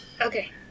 Okay